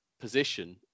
position